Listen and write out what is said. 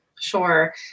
Sure